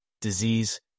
disease